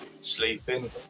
Sleeping